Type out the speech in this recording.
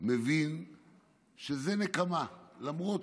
בבית מבין שזו נקמה, למרות